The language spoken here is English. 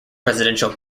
residential